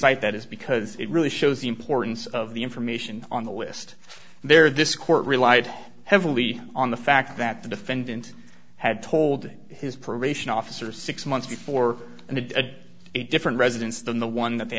cite that is because it really shows the importance of the information on the list there this court relied heavily on the fact that the defendant had told his probation officer six months before and had a different residence than the one that they